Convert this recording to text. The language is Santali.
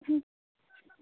ᱦᱩ